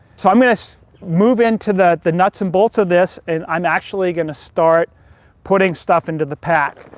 so i'm gonna so move in to the the nuts and bolts of this, and i'm actually gonna start putting stuff into the pack.